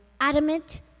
adamant